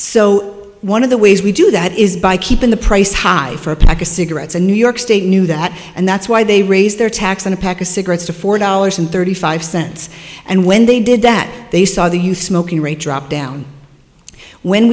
so one of the ways we do that is by keeping the price high for cigarettes and new york state knew that and that's why they raised their tax on a pack of cigarettes to four dollars and thirty five cents and when they did that they saw the youth smoking rate drop down when